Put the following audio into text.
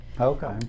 Okay